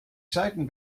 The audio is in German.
seiten